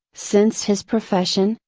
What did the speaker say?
since his profession,